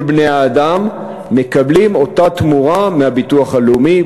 כל בני האדם מקבלים אותה תמורה מהביטוח הלאומי,